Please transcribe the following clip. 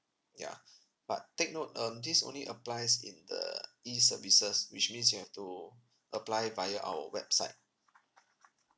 yeah but take note um this only applies in the E services which means you have to apply via our website